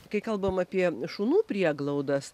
kai kalbam apie šunų prieglaudas